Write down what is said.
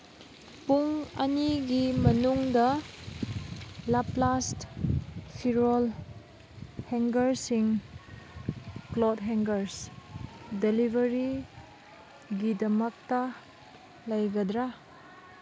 ꯄꯨꯡ ꯑꯅꯤꯒꯤ ꯃꯅꯨꯡꯗ ꯂꯞꯂꯥꯁ ꯐꯤꯔꯣꯜ ꯍꯦꯡꯒꯔꯁꯤꯡ ꯀ꯭ꯂꯣꯠ ꯍꯦꯡꯒ꯭ꯔꯁ ꯗꯦꯂꯤꯚꯔꯤꯒꯤꯗꯃꯛꯇ ꯂꯩꯒꯗ꯭ꯔꯥ